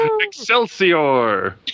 Excelsior